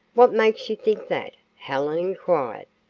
what makes you think that? helen inquired.